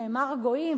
נאמר גויים,